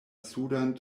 sudan